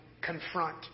confront